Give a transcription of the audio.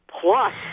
Plus